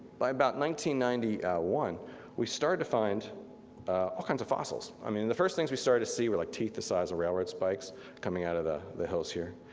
by ninety ninety one we started to find all kinds of fossils. i mean the first things we started to see were like teeth the size of railroad spikes coming out of the the hills here.